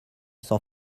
sans